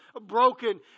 broken